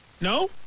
No